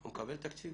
הוא מקבל תקציב.